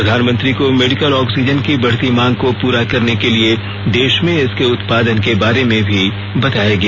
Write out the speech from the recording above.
प्रधानमंत्री को medical oxygen की बढ़ती मांग को पूरा करने के लिए देश में इसके उत्पादन के बारे में भी बताया गया